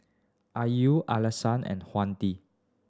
Ayu Alyssa and Hayati